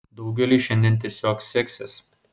daugeliui šiandien tiesiog seksis